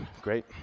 Great